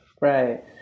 Right